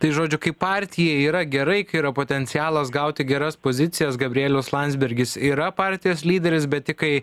tai žodžiu kai partijai yra gerai kai yra potencialas gauti geras pozicijas gabrielius landsbergis yra partijos lyderis bet tik kai